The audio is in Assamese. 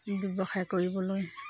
ব্যৱসায় কৰিবলৈ